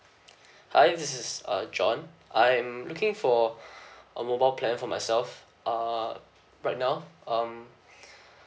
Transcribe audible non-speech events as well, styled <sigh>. hi this is uh john I'm looking for <breath> a mobile plan for myself uh right now um <breath>